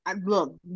Look